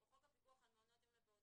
או חוק הפיקוח על מעונות יום לפעוטות,